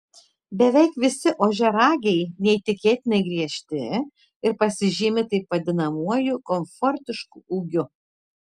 beveik visi ožiaragiai neįtikėtinai griežti ir pasižymi taip vadinamuoju komfortišku ūgiu